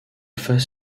face